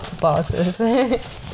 boxes